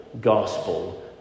gospel